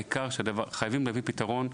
העיקר שנביא פתרון.